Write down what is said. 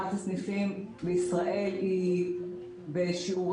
שסגירת הסניפים בישראל היא בשיעורים